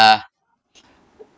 uh